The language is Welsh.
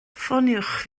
ffoniwch